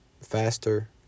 faster